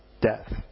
death